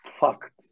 fucked